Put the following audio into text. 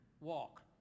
walk